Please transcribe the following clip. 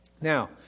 Now